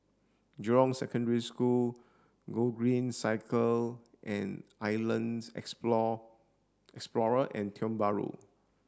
Jurong Secondary School Gogreen Cycle and Islands Explorer and Tiong Bahru